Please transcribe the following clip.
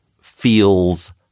feels